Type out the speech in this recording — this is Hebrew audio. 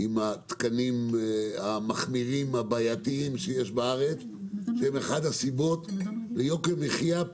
עם התקנים המחמירים הבעייתיים שיש בארץ שהם אחד הסיבות ליוקר המחיה,